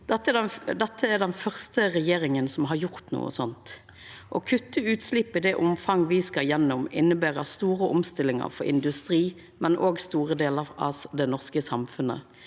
Dette er den første regjeringa som har gjort noko sånt. Å kutta utslepp i det omfanget me skal gjennom, inneber store omstillingar for industri, men òg for store delar av det norske samfunnet.